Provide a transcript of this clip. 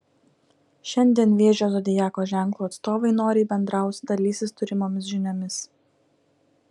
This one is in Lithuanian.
šiandien vėžio zodiako ženklo atstovai noriai bendraus dalysis turimomis žiniomis